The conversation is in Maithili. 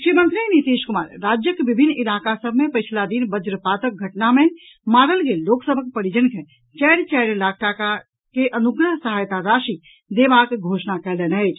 मुख्यमंत्री नीतीश कुमार राज्यक विभिन्न इलाका सभ मे पछिला दिन वज्रपातक घटना मे मारल गेल लोकसभक परिजन के चारि चारि लाख टाका के अनुग्रह सहायता राशि देबाक घोषणा कयलनि अछि